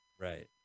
Right